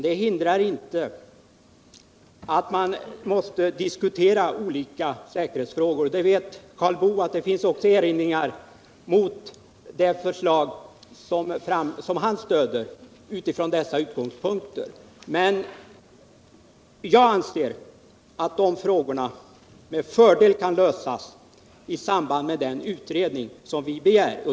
Det hindrar inte att man måste diskutera olika säkerhetsfrågor, och Karl Boo vet att det utifrån de utgångspunkterna finns erinringar också mot det förslag som han stöder. Men jag anser att de frågorna med fördel kan lösas i samband med den utredning som vi begär.